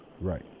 Right